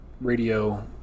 radio